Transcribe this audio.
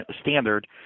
standard